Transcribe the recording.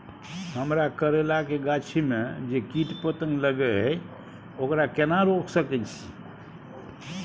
हमरा करैला के गाछी में जै कीट पतंग लगे हैं ओकरा केना रोक सके छी?